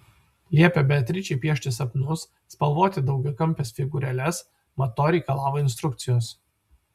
liepė beatričei piešti sapnus spalvoti daugiakampes figūrėles mat to reikalavo instrukcijos